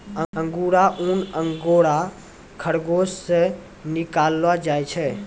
अंगुरा ऊन अंगोरा खरगोस से निकाललो जाय छै